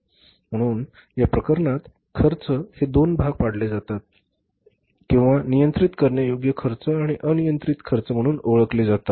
म्हणून या प्रकरणात खर्च चे दोन भाग पाडले जातात किंवा नियंत्रित करण्यायोग्य खर्च आणि अनियंत्रित खर्च म्हणून ओळखले जातात